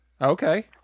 Okay